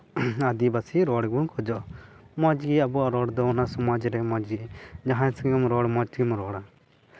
ᱟᱹᱫᱤᱵᱟᱹᱥᱤ ᱨᱚᱲ ᱜᱮᱵᱚᱱ ᱠᱷᱚᱡᱚᱜᱼᱟ ᱢᱚᱡᱽ ᱜᱮ ᱟᱵᱚᱣᱟᱜ ᱨᱚᱲ ᱫᱚ ᱚᱱᱟ ᱥᱚᱢᱟᱡᱽ ᱨᱮ ᱢᱚᱡᱽ ᱜᱮ ᱡᱟᱦᱟᱸᱭ ᱥᱟᱶᱮᱢ ᱨᱚᱲ ᱢᱚᱡᱽ ᱛᱮᱜᱮᱢ ᱨᱚᱲᱟ